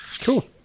cool